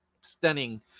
stunning